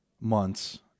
months